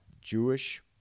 Jewish